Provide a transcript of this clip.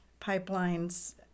pipelines